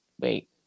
wait